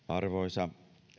arvoisa